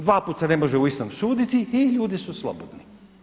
Dva puta se ne može u istom suditi i ljudi su slobodni.